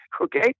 okay